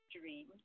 dream